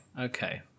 okay